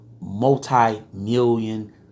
multi-million